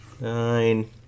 Nine